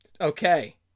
Okay